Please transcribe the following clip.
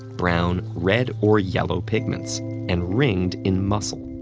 brown, red or yellow pigments and ringed in muscle.